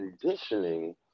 conditioning